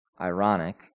ironic